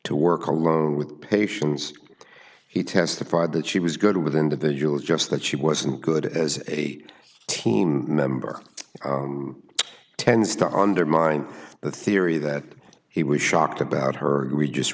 to work alone with patients he testified that she was good with individuals just that she wasn't good as a team member tends to undermine the theory that he was shocked about her greed just